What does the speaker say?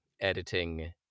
editing